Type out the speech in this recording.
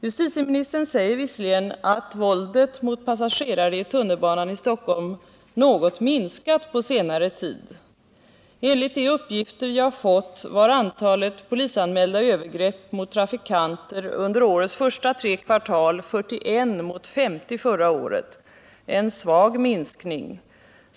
Justitieministern säger visserligen att ”våldet mot passagerare i tunnelbanan i Stockholm minskat någotpå senare tid”. Enligt de uppgifter jag fått var antalet polisanmälda övergrepp på trafikanter under årets första tre kvartal 41 mot 50 förra året — en svag minskning!